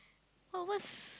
oh what's